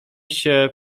się